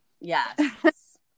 Yes